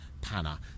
Pana